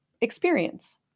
experience